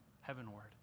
heavenward